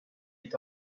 est